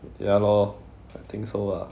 ya lor I think so ah